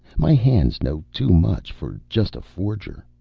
my hands know too much for just a forger.